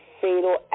fatal